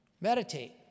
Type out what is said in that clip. meditate